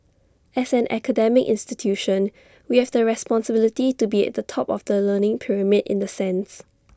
as an academic institution we have the responsibility to be at the top of the learning pyramid in the sense